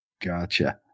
Gotcha